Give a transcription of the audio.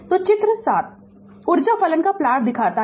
तो चित्र 7 ऊर्जा फलन का प्लॉट दिखाता है